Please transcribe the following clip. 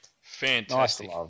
Fantastic